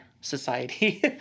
society